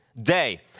day